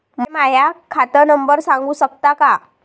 मले माह्या खात नंबर सांगु सकता का?